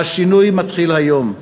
והשינוי מתחיל היום.